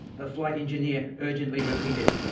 the flight engineer urgently repeated.